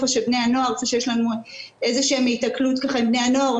איפה שיש לנו היתקלות עם בני הנוער או